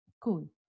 Cool